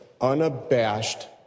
unabashed